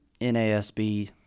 NASB